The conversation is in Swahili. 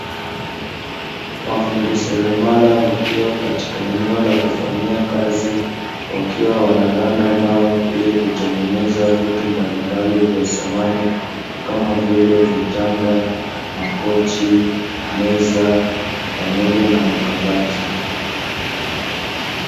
Mafundi seremala wakiwa katika eneo la kufanyia kazi, wakiwa wanaranda mbao ili kutengeneza vitu mbalimbali vya samani, kama vile: vitanda, makochi, meza pamoja na makabati.